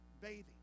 bathing